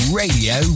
radio